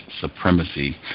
Supremacy